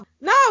no